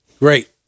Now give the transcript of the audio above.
Great